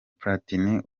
platini